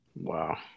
Wow